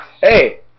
Hey